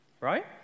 Right